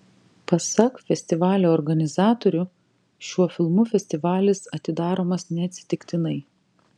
pasak festivalio organizatorių šiuo filmu festivalis atidaromas neatsitiktinai